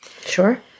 Sure